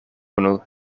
unu